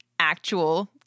actual